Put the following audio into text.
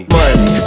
money